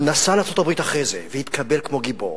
הוא נסע לארצות-הברית אחרי זה והתקבל כמו גיבור,